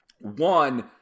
one